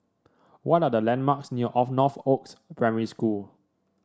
what are the landmarks near Northoaks Primary School